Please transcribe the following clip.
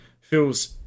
feels